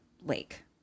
lake